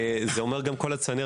זה אומר גם כל הצנרת,